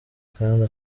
kandi